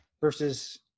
versus